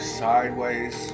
sideways